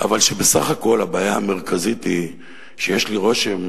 אבל בסך הכול הבעיה המרכזית היא שיש לי רושם,